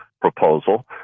proposal